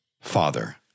Father